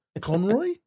Conroy